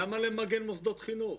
למה למגן מוסדות חינוך?